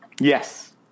Yes